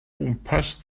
gwmpas